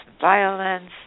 violence